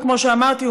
וכמו שאמרתי,